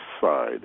side